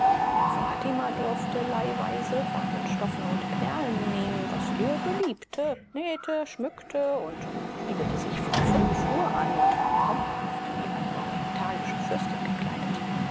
fatima durfte leihweise von den stoffen und perlen nehmen was ihr beliebte nähte schmückte und spiegelte sich von fünf uhr an und war pomphaft wie eine orientalische fürstin gekleidet